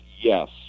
Yes